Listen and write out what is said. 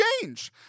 change